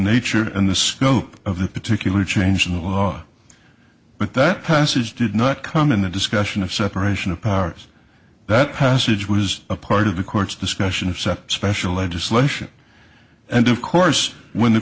nature and the scope of the particular change in the law but that passage did not come in the discussion of separation of powers that passage was a part of the court's discussion of sept special legislation and of course when the